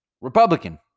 Republican